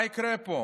מה יקרה פה?